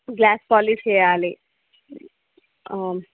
glass polish చేయాలి